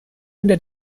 unter